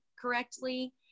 correctly